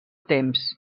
temps